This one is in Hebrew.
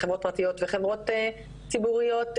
חברות פרטיות וחברות ציבוריות,